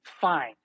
fine